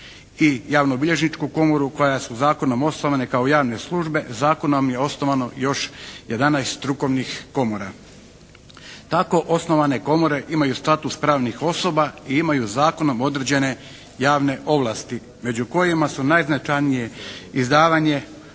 i javnobilježničku komoru koja su zakonom osnovane kao javne službe, zakonom je osnovano još 11 strukovnih komora. Tako osnovane komore imaju status pravnih osoba i imaju zakonom određene javne ovlasti među kojima su najznačajnije izdavanje, obnavljanje